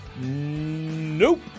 Nope